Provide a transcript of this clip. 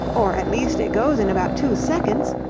or, at least, it goes in about two seconds.